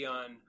on